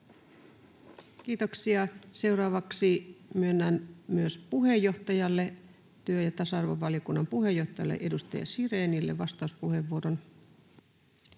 Kiitoksia. — Seuraavaksi myönnän vastauspuheenvuoron myös työ- ja tasa-arvovaliokunnan puheenjohtajalle, edustaja Sirénille. [Speech